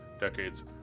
decades